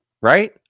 right